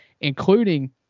including